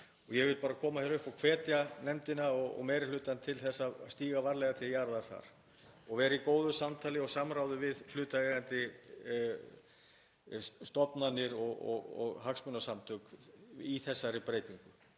Ég vil bara koma hingað upp og hvetja nefndina og meiri hlutann til að stíga varlega til jarðar þar og vera í góðu samtali og samráði við hlutaðeigandi stofnanir og hagsmunasamtök í þessari breytingu.